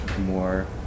more